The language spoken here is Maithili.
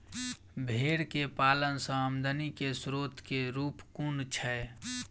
भेंर केँ पालन सँ आमदनी केँ स्रोत केँ रूप कुन छैय?